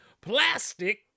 plastic